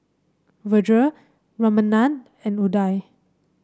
Vedre Ramanand and Udai